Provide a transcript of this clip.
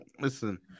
Listen